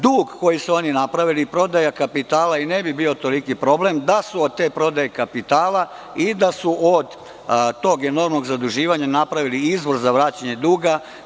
Dug koji su oni napravili i prodaja kapitala ne bi bio toliki problem da su od te prodaje kapitala i enormnog zaduživanja napravili izvor za vraćanje duga.